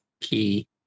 key